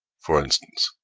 for instance,